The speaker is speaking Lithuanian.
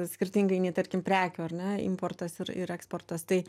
skirtingai nei tarkim prekių ar ne importas ir ir eksportas tai